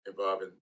involving